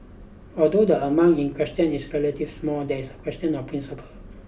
although the amount in question is relative small there is a question of principle